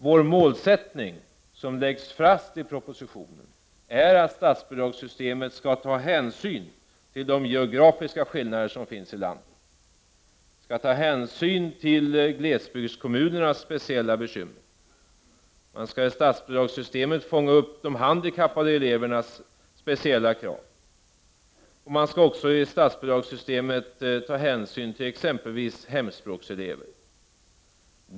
Den målsättning som läggs fast i propositionen är att statsbidragssystemet skall ta hänsyn till de geografiska skillnader som finns i landet och till glesbygdskommunernas speciella bekymmer. Man skall i statsbidragssystemet fånga upp de handikappade elevernas speciella krav och också ta hänsyn till exempelvis hemspråkselever.